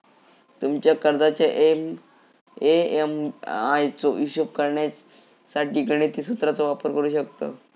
तुमच्या कर्जाच्या ए.एम.आय चो हिशोब करण्यासाठी गणिती सुत्राचो वापर करू शकतव